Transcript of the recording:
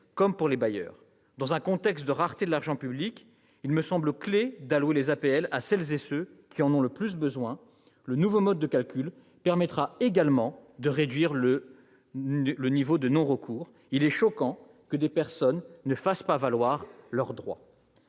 comme pour les bailleurs. Dans un contexte de rareté de l'argent public, il me semble essentiel d'allouer les APL à celles et ceux qui en ont le plus besoin. Le nouveau mode de calcul permettra également de réduire le niveau de non-recours, car il est choquant que des personnes ne fassent pas valoir leurs droits.